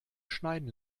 schneiden